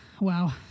wow